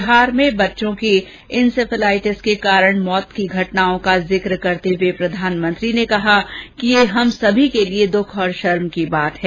बिहार में बच्चों की इन्सैफेलाइटिस के कारण मौत की घटनाओं का जिक करते हुए प्रधानमंत्री ने कहा कि यह हम सभी के लिए दुख और शर्म की बात है